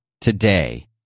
today